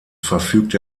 verfügt